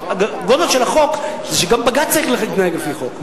הגדולה של החוק, שגם בג"ץ צריך להתנהג לפי חוק.